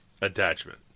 attachment